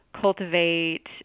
cultivate